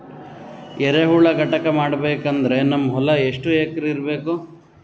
ಎರೆಹುಳ ಘಟಕ ಮಾಡಬೇಕಂದ್ರೆ ನಮ್ಮ ಹೊಲ ಎಷ್ಟು ಎಕರ್ ಇರಬೇಕು?